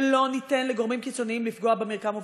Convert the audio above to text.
ולא ניתן לגורמים קיצוניים לפגוע במרקם ובקשר.